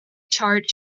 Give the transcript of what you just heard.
chart